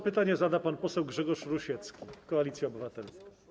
Pytanie zada pan poseł Grzegorz Rusiecki, Koalicja Obywatelska.